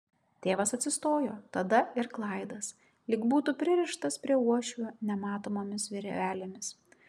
tėvas atsistojo tada ir klaidas lyg būtų pririštas prie uošvio nematomomis virvelėmis